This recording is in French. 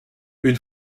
une